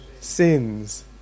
sins